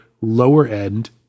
lower-end